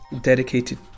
dedicated